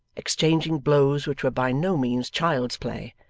exchanging blows which were by no means child's play,